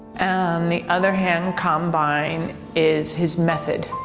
and the other hand, combine is his method.